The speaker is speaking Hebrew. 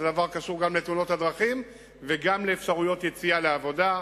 זה דבר שקשור גם לתאונות הדרכים וגם לאפשרויות יציאה לעבודה.